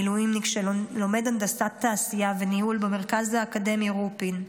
מילואימניק שלומד הנדסת תעשייה וניהול במרכז האקדמי רופין.